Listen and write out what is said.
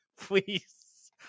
please